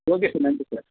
okay sir நன்றி sir